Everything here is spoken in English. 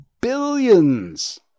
billions